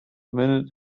minute